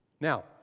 Now